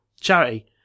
charity